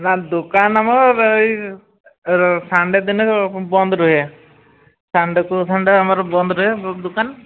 ନା ଦୋକାନ ଆମର ଏଇ ସନ୍ଡେ ଦିନ ବନ୍ଦ ରୁହେ ସନ୍ଡେକୁ ସନ୍ଡେ ଆମର ବନ୍ଦ ରୁହେ ଦୋକାନ